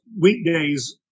weekdays